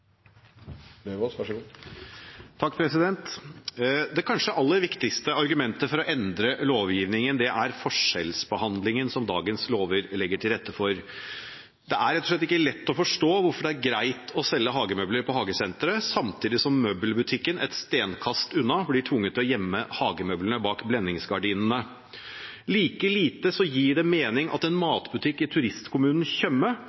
forskjellsbehandlingen som dagens lover legger til rette for. Det er rett og slett ikke lett å forstå hvorfor det er greit å selge hagemøbler på hagesenteret, samtidig som møbelbutikken et stenkast unna blir tvunget til å gjemme hagemøblene bak blendingsgardinene. Like lite gir det mening at en